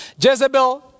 Jezebel